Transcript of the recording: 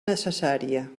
necessària